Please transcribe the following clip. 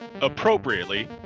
Appropriately